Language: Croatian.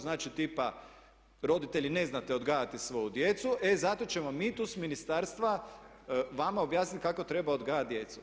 Znači, tipa roditelji ne znate odgajati svoju djecu, e zato ćemo mi tu s ministarstva vama objasniti kako treba odgajat djecu.